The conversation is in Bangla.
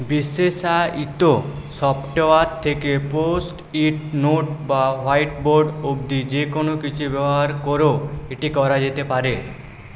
বিশেষায়িত সফটওয়ার থেকে পোস্ট ইট নোট বা হোয়াইট বোর্ড অবধি যে কোনও কিছু ব্যবহার করেও এটি করা যেতে পারে